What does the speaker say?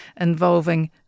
involving